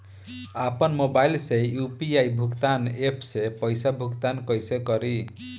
आपन मोबाइल से यू.पी.आई भुगतान ऐपसे पईसा भुगतान कइसे करि?